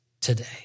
today